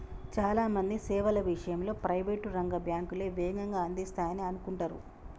చాలా మంది సేవల విషయంలో ప్రైవేట్ రంగ బ్యాంకులే వేగంగా అందిస్తాయనే అనుకుంటరు